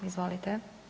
Izvolite.